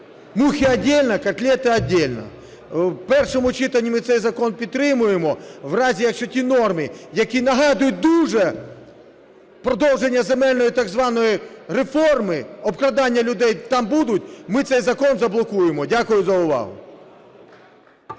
мухи отдельно, котлеты отдельно. В першому читанні ми цей закон підтримаємо. В разі, якщо ті норми, які нагадують дуже продовження земельної так званої реформи – обкрадання людей, там будуть, ми цей закон заблокуємо. Дякую за увагу.